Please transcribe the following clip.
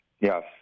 Yes